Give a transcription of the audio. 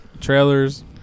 Trailers